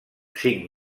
cinc